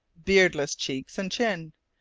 beardless cheeks and chin,